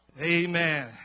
Amen